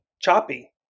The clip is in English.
choppy